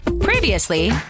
Previously